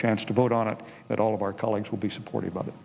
chance to vote on it at all of our colleagues will be supportive of it